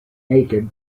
naked